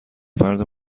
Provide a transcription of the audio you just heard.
فرد